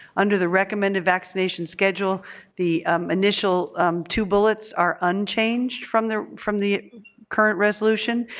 under the recommended vaccination schedule the initial two bullets are unchanged from the from the current resolution,